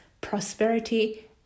prosperity